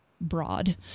broad